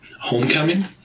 Homecoming